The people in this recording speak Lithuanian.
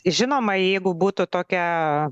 žinoma jeigu būtų tokia